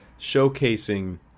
showcasing